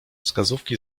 wskazówki